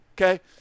Okay